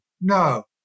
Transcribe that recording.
no